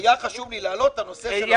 היה חשוב לי להעלות את הנושא הזה.